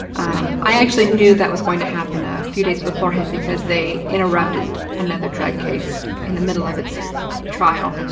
um i actually knew that was going to happen a few days beforehand because they interrupted another drug case in the middle of its trial,